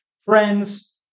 friends